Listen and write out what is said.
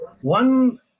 one